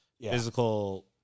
physical